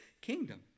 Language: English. kingdom